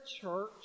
church